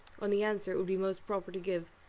on the answer it would be most proper to give.